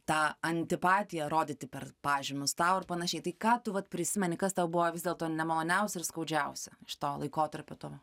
tą antipatiją rodyti per pažymius tau ar panašiai tai ką tu vat prisimeni kas tau buvo vis dėlto nemaloniausia ir skaudžiausia iš to laikotarpio